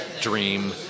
dream